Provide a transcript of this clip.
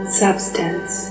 substance